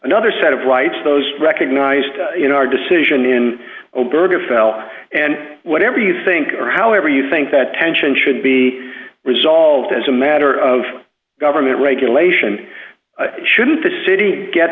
another set of rights those recognized in our decision in o'berg are female and whatever you think or however you think that tension should be resolved as a matter of government regulation shouldn't the city get